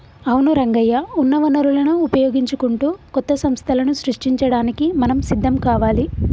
అవును రంగయ్య ఉన్న వనరులను వినియోగించుకుంటూ కొత్త సంస్థలను సృష్టించడానికి మనం సిద్ధం కావాలి